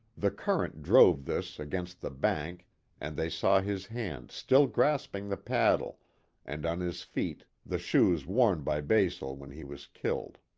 the current drove this against the bank and they saw his hand still grasping the paddle and on his feet the shoes worn by basil when he was killed.